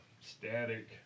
static